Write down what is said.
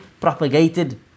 propagated